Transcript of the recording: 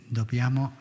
dobbiamo